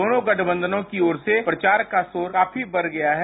दोनों गठबंधनो की ओर से प्रचार का शोर काफी बढ़ गया है